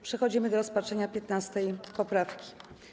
Przechodzimy do rozpatrzenia 15. poprawki.